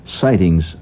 sightings